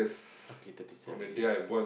okay thirty seven years